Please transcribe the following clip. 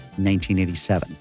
1987